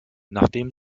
nachdem